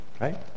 right